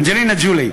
אנג'לינה ג'ולי,